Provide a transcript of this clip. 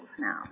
now